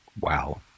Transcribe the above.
Wow